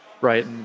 Right